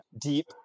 deep